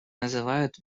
называют